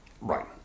Right